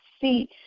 see